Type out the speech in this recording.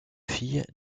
filles